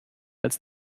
als